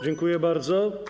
Dziękuję bardzo.